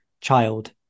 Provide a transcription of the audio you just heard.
child